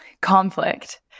conflict